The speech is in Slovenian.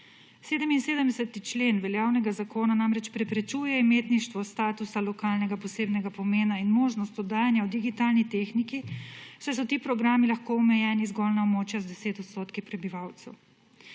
77. člen veljavnega Zakona namreč preprečuje imetništvo statusa lokalnega posebnega pomena in možnost oddajanja v digitalni tehniki, saj so ti programi lahko omejeni zgolj na območja z 10 % prebivalcev.